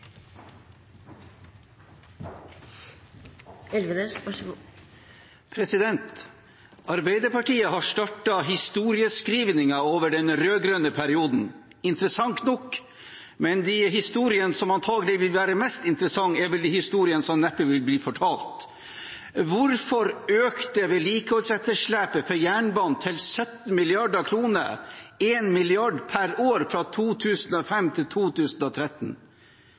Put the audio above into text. interessant nok, men de historiene som antagelig vil være mest interessante, er vel de historiene som neppe vil bli fortalt. Hvorfor økte vedlikeholdsetterslepet for jernbanen til 17 mrd. kr – 1 mrd. kr per år – fra 2005 til 2013?